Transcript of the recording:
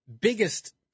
biggest